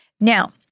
Now